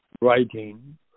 writing